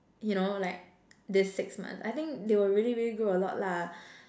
you know like this six months I think they will really really grow a lot lah